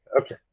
Okay